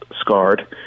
scarred